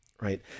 right